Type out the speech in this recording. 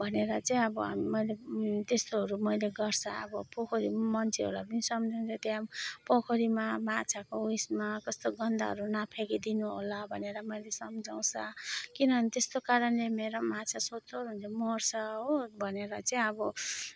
भनेर चाहिँ अब हामी मैले त्यस्तोहरू मैले गर्छ अब पोखरीमा मान्छेहरूलाई पनि सम्झाउने टाइम पोखरीमा माछाको यसमा कस्तो गन्दाहरू नफ्याँकिदिनुहोला भनेर मैले सम्झाउँछ किनभने त्यस्तो कारणले मेरो माछा सोत्तर हुन्छ मर्छ हो भनेर चाहिँ अब